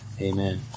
Amen